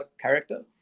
character